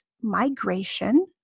migration